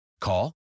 Call